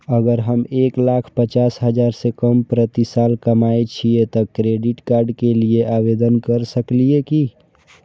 अगर हम एक लाख पचास हजार से कम प्रति साल कमाय छियै त क्रेडिट कार्ड के लिये आवेदन कर सकलियै की?